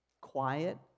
quiet